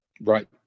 Right